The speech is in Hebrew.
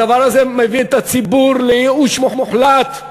הדבר הזה מביא את הציבור לייאוש מוחלט.